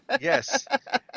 Yes